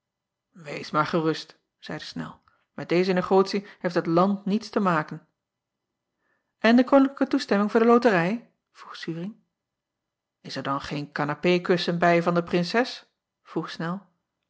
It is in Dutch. ees maar gerust zeide nel met deze negotie heeft het and niets te maken n de oninklijke toestemming voor de loterij vroeg uring s er dan geen kanapeekussen bij van de rinses vroeg nel